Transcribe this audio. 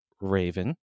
Raven